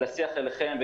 לשיח אליכם,